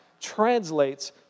translates